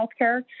healthcare